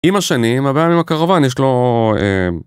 עם השנים הבעיה עם הקרוואן יש לו